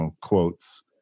quotes